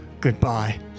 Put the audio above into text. Goodbye